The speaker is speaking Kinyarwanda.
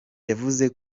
yavuze